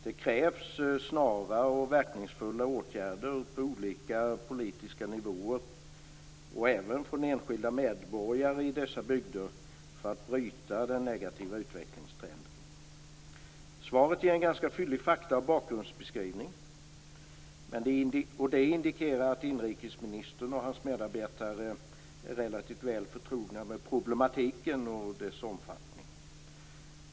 Det krävs snara och verkningsfulla åtgärder på olika politiska nivåer, även från enskilda medborgare i dessa bygder, för att bryta den negativa utvecklingstrenden. Svaret ger en ganska fyllig fakta och bakgrundsbeskrivning. Det indikerar att inrikesministern och hans medarbetare är relativt väl förtrogna med problematiken och dess omfattning.